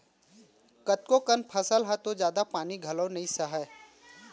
कतको कन फसल ह तो जादा पानी घलौ ल नइ सहय